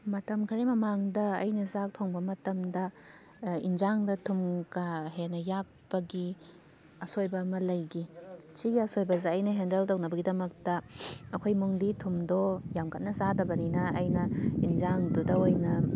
ꯃꯇꯝ ꯈꯔꯒꯤ ꯃꯃꯥꯡꯗ ꯑꯩꯅ ꯆꯥꯛ ꯊꯣꯡꯕ ꯃꯇꯝꯗ ꯏꯟꯖꯥꯡꯗ ꯊꯨꯝ ꯀꯥ ꯍꯦꯟꯅ ꯌꯥꯛꯄꯒꯤ ꯑꯁꯣꯏꯕ ꯑꯃ ꯂꯩꯈꯤ ꯁꯤꯒꯤ ꯑꯁꯣꯏꯕꯁꯦ ꯑꯩꯅ ꯍꯦꯟꯗꯜ ꯇꯧꯅꯕꯒꯤꯗꯃꯛꯇ ꯑꯩꯈꯣꯏ ꯏꯃꯨꯡꯒꯤ ꯊꯨꯝꯗꯣ ꯌꯥꯝ ꯀꯟꯅ ꯆꯥꯗꯕꯅꯤꯅ ꯑꯩꯅ ꯏꯟꯖꯥꯡꯗꯨꯗ ꯑꯣꯏꯅ